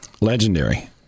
Legendary